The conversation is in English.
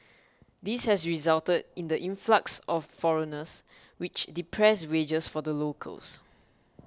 this has resulted in the influx of foreigners which depressed wages for the locals